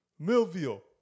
Milvio